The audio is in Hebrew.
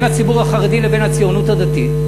בין הציבור החרדי לבין הציונות הדתית.